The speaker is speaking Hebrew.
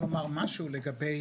משהו,